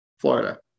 Florida